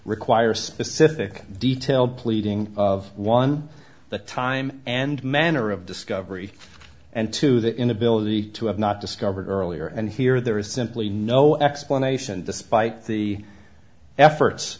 require specific detailed pleading of one the time and manner of discovery and two the inability to have not discovered earlier and here there is simply no explanation despite the efforts